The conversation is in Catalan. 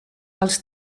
els